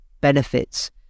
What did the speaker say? benefits